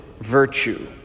virtue